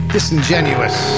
Disingenuous